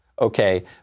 Okay